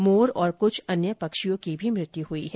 मोर तथा कुछ अन्य पक्षियों की भी मृत्यु हुई है